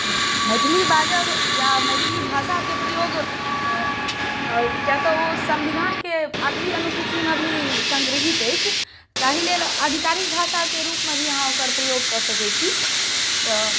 मैथिली बाजब या मैथिली भाषाक प्रयोग किया तऽ ओ संविधानक आठवीं अनुसूचीमे भी संग्रहित अछि ताहि लेल आधिकारिक भाषाके रूपमे भी अहाँ ओकर प्रयोग क सकय छी तऽ